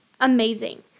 amazing